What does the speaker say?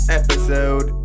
episode